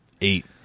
Eight